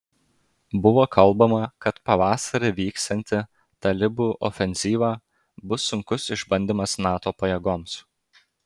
buvo kalbama kad pavasarį vyksianti talibų ofenzyva bus sunkus išbandymas nato pajėgoms